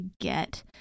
get